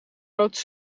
grote